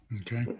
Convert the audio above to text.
Okay